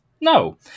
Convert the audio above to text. no